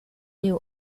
new